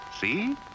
See